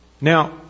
Now